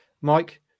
Mike